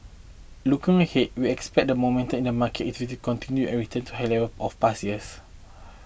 looking ahead we expect the momentum in the market is to continue and return to high level of past years